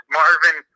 Marvin